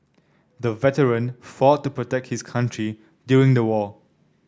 the veteran fought to protect his country during the war